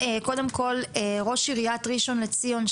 ראש עיריית ראשון לציון,